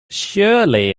surely